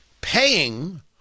paying